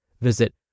Visit